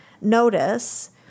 notice